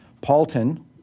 Paulton